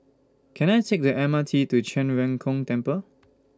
Can I Take The M R T to Zhen Ren Gong Temple